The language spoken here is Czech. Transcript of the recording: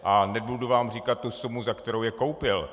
A nebudu vám říkat tu sumu, za kterou je koupil.